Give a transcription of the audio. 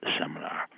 seminar